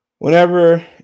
Whenever